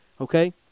okay